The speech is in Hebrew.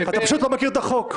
אתה פשוט לא מכיר את החוק.